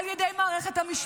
אתה בקריאה ראשונה.